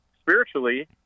spiritually